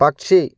പക്ഷി